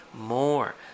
more